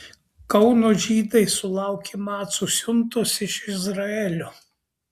kauno žydai sulaukė macų siuntos iš izraelio